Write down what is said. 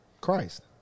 Christ